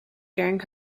during